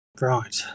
Right